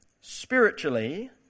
spiritually